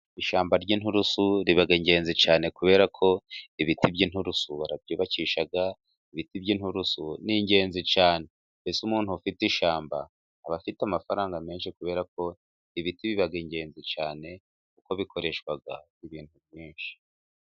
Ishyamba ry'inturusu riba ingenzi cyane, kubera ko ibiti by'inturusu babyubakisha, ibiti by'inturusu ni ingenzi cyane, mbese umuntu ufite ishyamba aba afite amafaranga menshi, kubera ko ibiti biba ingenzi cyane kuko bikoreshwa ku bintu byinshi.